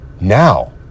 Now